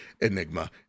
Enigma